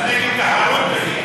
אתה נגד תחרות, אחי.